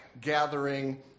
gathering